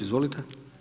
Izvolite.